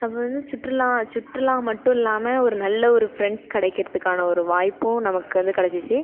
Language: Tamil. அப்போ வந்து சுற்றுலா சுற்றுலா மட்டும் இல்லாமல் ஒரு நல்ல ஒரு ஃப்ரெண்ட்ஸ் கிடைக்குறதுக்கான ஒரு வாய்ப்பும் நமக்கு வந்து கிடச்சிச்சி